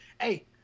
hey